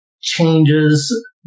changes